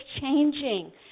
changing